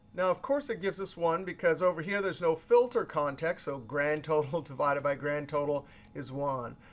now, of course it gives us one, because over here, there's no filter context. so grand total divided by grand total is one.